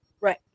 Right